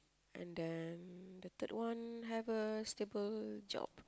and then the third one have a stable job